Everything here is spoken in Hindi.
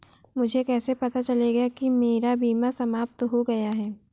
मुझे कैसे पता चलेगा कि मेरा बीमा समाप्त हो गया है?